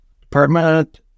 Department